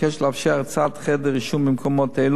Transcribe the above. לאפשר הקצאת חדר עישון במקומות אלו,